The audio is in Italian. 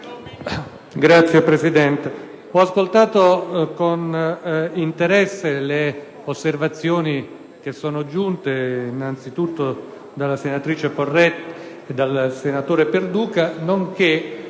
Signor Presidente, ho ascoltato con interesse le osservazioni giunte innanzitutto dalla senatrice Poretti e dal senatore Perduca, nonché